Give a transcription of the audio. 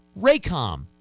Raycom